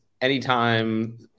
anytime